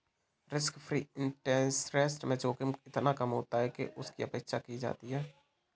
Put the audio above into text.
risk free interest rate में जोखिम इतना कम होता है कि उसकी उपेक्षा की जाती है